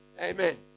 Amen